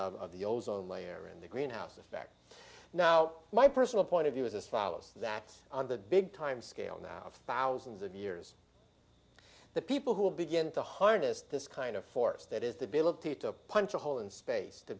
of the ozone layer and the greenhouse effect now my personal point of view is as follows that on the big time scale now of thousands of years the people who will begin to harness this kind of force that is the ability to punch a hole in space to